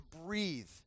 breathe